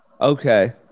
Okay